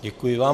Děkuji vám.